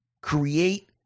create